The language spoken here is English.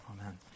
Amen